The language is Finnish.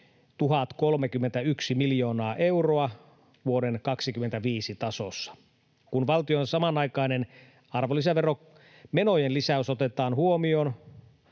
1 031 miljoonaa euroa vuoden 25 tasossa. Kun valtion samanaikainen arvonlisäveromenojen lisäys otetaan huomioon,